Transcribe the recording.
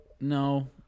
No